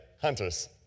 Hunters